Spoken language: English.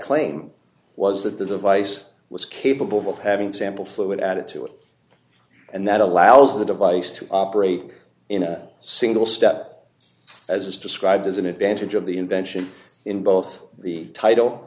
claim was that the device was capable of having sample fluid added to it and that allows the device to operate in a single step as it's described as an advantage of the invention in both the title